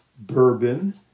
bourbon